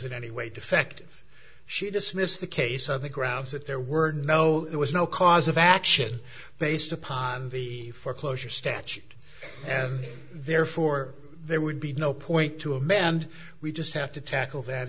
in any way defective she dismissed the case of the grounds that there were no there was no cause of action based upon the foreclosure statute and therefore there would be no point to a man and we just have to tackle that